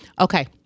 Okay